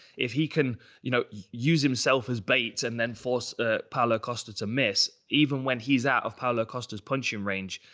if he can you know use himself as bait, and then force ah paulo costa to miss, even when he's out of paulo costa's punching range,